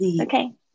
Okay